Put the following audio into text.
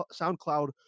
SoundCloud